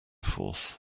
force